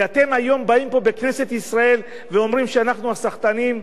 ואתם היום באים פה בכנסת ישראל ואומרים שאנחנו הסחטנים?